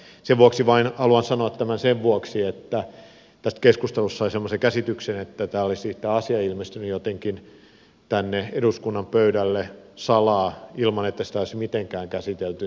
haluan sanoa tämän vain sen vuoksi että tästä keskustelusta sai semmoisen käsityksen että tämä asia olisi ilmestynyt jotenkin tänne eduskunnan pöydälle salaa ilman että sitä olisi mitenkään käsitelty